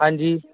ਹਾਂਜੀ